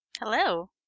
hello